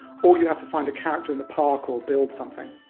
or you have to find a character in the park, or build something.